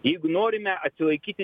jeigu norime atsilaikyti